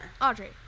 Audrey